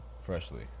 freshly